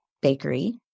bakery